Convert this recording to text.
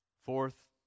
Fourth